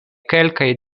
kelkaj